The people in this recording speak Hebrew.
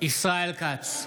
ישראל כץ,